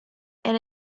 and